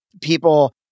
people